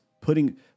putting